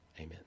amen